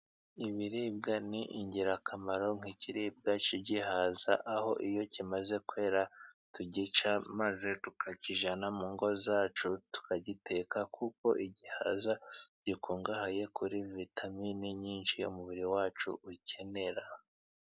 Ibiribwa ni ingirakamaro nk'ibiribwa cy'igihaza aho iyo kimaze kwera tugica maze tukakijyana mu ngo zacu, tukagiteka kuko igihaza gikungahaye kuri vitamine nyinshi umubiri wacu ukenera.